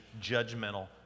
judgmental